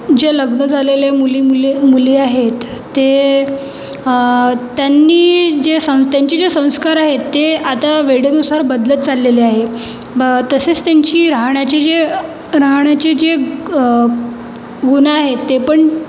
जे लग्न झालेले मुली मुलं मुली आहेत ते त्यांनी जे सं त्यांचे जे संस्कार आहेत ते आता वेळेनुसार बदलत चाललेले आहेत ब तसेच त्यांची राहण्याची जी राहण्याची जी गुण आहेत ते पण